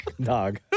Dog